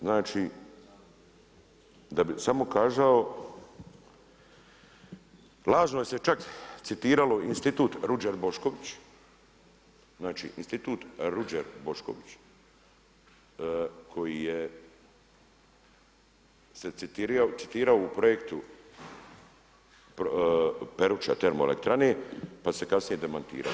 Znači, da bih samo kazao lažno se čak citiralo Institut Ruđer Bošković, znači Institut Ruđer Bošković koji se citirao u projektu Peruča termoelektrane, pa se kasnije demantiralo.